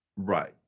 Right